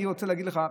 אני רוצה להגיד לך,